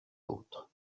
autres